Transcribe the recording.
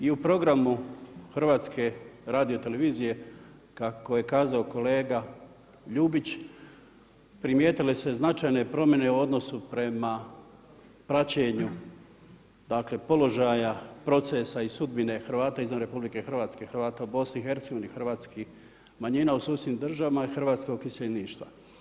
I u programu Hrvatske radiotelevizije kako je kazao kolega Ljubić primijetile su se značajne promjene u odnosu prema praćenju dakle položaja, procesa i sudbine Hrvata izvan RH, Hrvata u BiH, hrvatskih manjina u susjednim državama i hrvatskog iseljeništva.